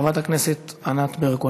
חברת הכנסת ענת ברקו.